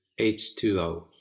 H2O